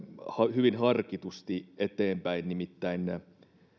hyvin harkitusti eteenpäin nimittäin